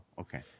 okay